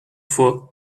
fois